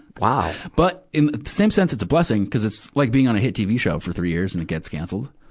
wow! but, in the same sense, it's a blessing, cuz it's like being on a hit tv show for three years and it gets cancelled.